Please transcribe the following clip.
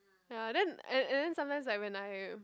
ya then and and then sometimes like when I